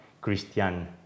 Christian